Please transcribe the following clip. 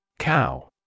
Cow